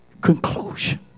conclusion